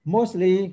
Mostly